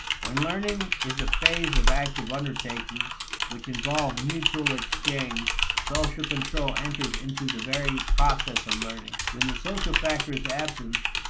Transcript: when learning is a phase of active undertakings which involve mutual exchange, social control enters into the very process of learning. when the social factor is absent,